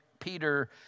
Peter